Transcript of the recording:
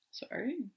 sorry